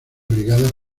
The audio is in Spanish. brigadas